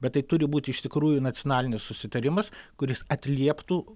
bet tai turi būti iš tikrųjų nacionalinis susitarimas kuris atlieptų